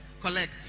Collect